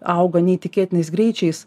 auga neįtikėtinais greičiais